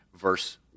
verse